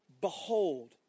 behold